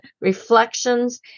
reflections